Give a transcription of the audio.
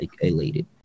elated